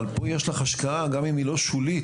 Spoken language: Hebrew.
אבל פה יש לך השקעה גם אם היא לא שולית,